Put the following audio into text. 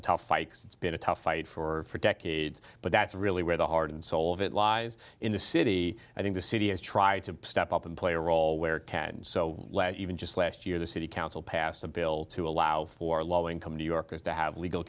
a tough ikes it's been a tough fight for decades but that's really where the heart and soul of it lies in the city i think the city has tried to step up and play a role where tat so even just last year the city council passed a bill to allow for low income new yorkers to have legal